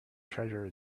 treasure